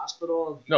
No